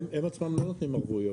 הם עצמם לא נותנים ערבויות.